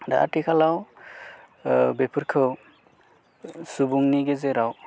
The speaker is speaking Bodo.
दा आथिखालाव बेफोरखौ सुबुंनि गेजेराव